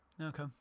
Okay